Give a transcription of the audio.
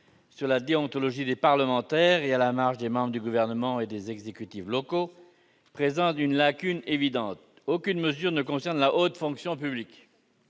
sur la déontologie des parlementaires et, à la marge, des membres du Gouvernement et des exécutifs locaux, présente une lacune évidente : aucune mesure ne concerne la haute fonction publique.